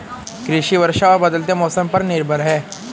कृषि वर्षा और बदलते मौसम पर निर्भर है